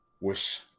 Wish